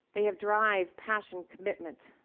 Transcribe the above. they have drive, passion, commitment.